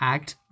Act